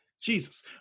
Jesus